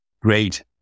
Great